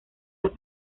los